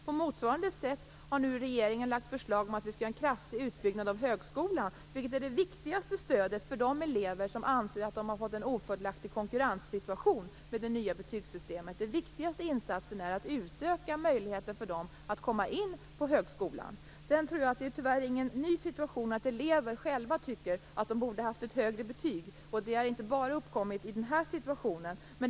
På motsvarande sätt har nu regeringen lagt fram förslag om en kraftig utbyggnad av högskolan, vilket är det viktigaste stödet för de elever som anser att de har fått en ofördelaktig konkurrenssituation i och med det nya betygssystemet. Den viktigaste insatsen är att utöka möjligheterna för dem att komma in på högskolan. Jag tror tyvärr inte att det är något nytt att elever själva tycker att de borde ha haft ett högre betyg. Det har inte bara uppkommit i den här situationen.